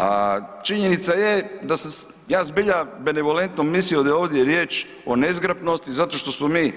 A činjenica je da se, ja zbilja benevolentno mislio da je ovdje riječ o nezgrapnosti zato što smo mi